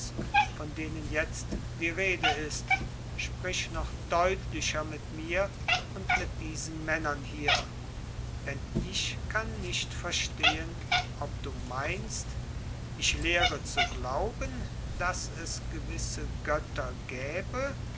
von denen jetzt die rede ist sprich noch deutlicher mit mir und mit diesen männern hier denn ich kann nicht verstehen ob du meinst ich lehre zu glauben daß es gewisse götter gäbe